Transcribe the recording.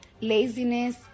laziness